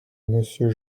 monsieur